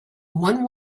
one